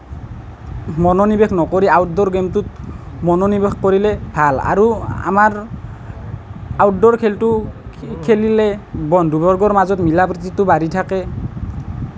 মনোনিৱেশ নকৰি আউটডোৰ গেমটোত মনোনিৱেশ কৰিলে ভাল আৰু আমাৰ আউটডোৰ খেলটো খেলিলে বন্ধুবৰ্গৰ মাজত মিলা প্ৰীতিটো বাঢ়ি থাকে